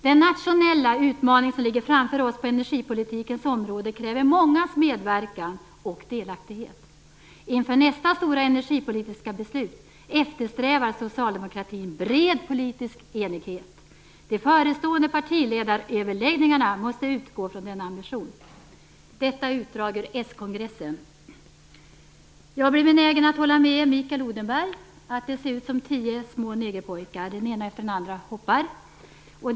Den nationella utmaning som ligger framför oss på energipolitikens område kräver mångas medverkan och delaktighet. Inför nästa stora energipolitiska beslut eftersträvar socialdemokratin bred politisk enighet. De förestående partiledaröverläggningarna måste utgå från denna ambition." Detta var ett utdrag ur s-kongressens protokoll. Jag är benägen att hålla med Mikael Odenberg om att det ser ut som tio små negerpojkar - den ena efter den andra hoppar av.